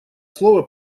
слово